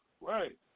right